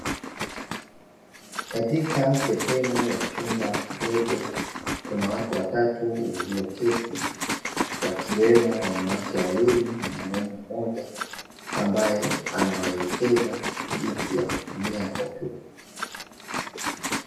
Katika sehemu ya chumba kidogo kuna watu watatu walioketi, wakiwemo wanawake wawili na mwanaume mmoja ambaye anawaelekeza jinsi ya kutumia kompyuta.